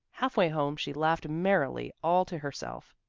half-way home she laughed merrily all to herself.